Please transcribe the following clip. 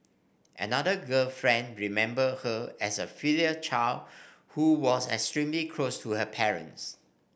another girlfriend remembered her as a filial child who was extremely close to her parents